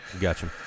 Gotcha